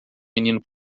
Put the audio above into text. menino